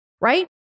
right